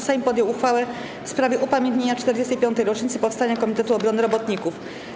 Sejm podjął uchwałę w sprawie upamiętnienia 45. rocznicy powstania Komitetu Obrony Robotników.